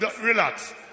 Relax